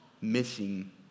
missing